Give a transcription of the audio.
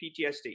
PTSD